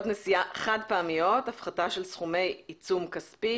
חד-פעמיות (הפחתה של סכומי עיצום כספי),